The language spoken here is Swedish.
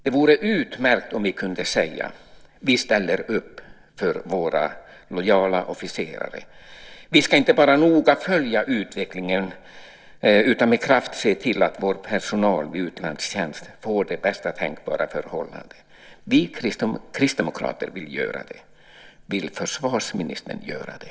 Det vore utmärkt om vi kunde säga: Vi ställer upp för våra lojala officerare. Vi ska inte bara noga följa utvecklingen utan också med kraft se till att vår personal i utlandstjänst får bästa tänkbara förhållanden. Vi kristdemokrater vill göra det. Vill försvarsministern göra det?